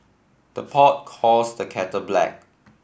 the pot calls the kettle black